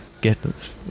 get